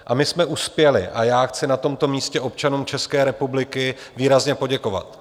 A my jsme uspěli a já chci na tomto místě občanům České republiky výrazně poděkovat.